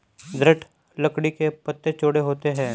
दृढ़ लकड़ी के पत्ते चौड़े होते हैं